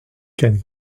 kent